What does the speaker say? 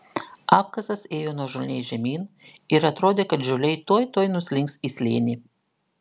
apkasas ėjo nuožulniai žemyn ir atrodė kad žuoliai tuoj tuoj nuslinks į slėnį